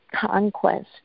conquest